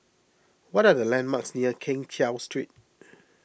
what are the landmarks near Keng Cheow Street